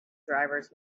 drivers